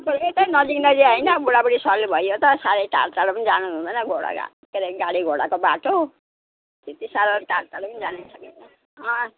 बरू यतै नजिक नजिक होइन बुढाबुढी साह्रै भइयो त साह्रै टाढटाढो पनि जानुहुँदैन घोडा घा के अरे गाडीघोडाको बाटो त्यति साह्रो टाढटाढो पनि जानु सकिन्न अँ